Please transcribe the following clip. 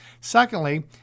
Secondly